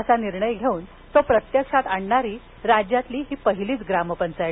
असा निर्णय घेऊन तो प्रत्यक्षात आणणारी राज्यातली ही पहिलीच ग्रामपंचायत